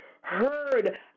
heard